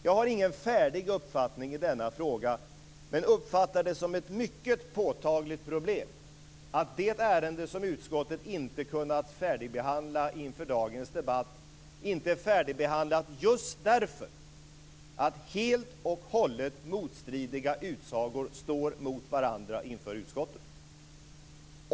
Jag har ingen färdig uppfattning i denna fråga, men uppfattar det som ett mycket påtagligt problem att det ärende som utskottet inte har kunnat färdigbehandla inför dagens debatt beror på att helt och hållet motstridiga utsagor står mot varandra.